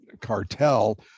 cartel